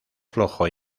flojo